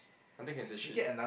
I think can say shit